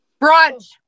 Brunch